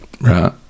right